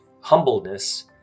humbleness